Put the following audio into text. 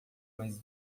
mais